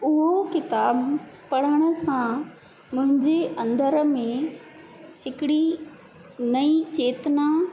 उहो किताबु पढ़ण सां मुंहिंजी अंदर में हिकिड़ी नईं चेतना